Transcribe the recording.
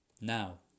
Now